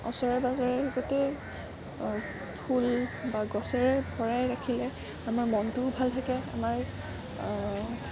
ওচৰে পাজৰে গোটেই ফুল বা গছেৰে ভৰাই ৰাখিলে আমাৰ মনটোও ভাল থাকে আমাৰ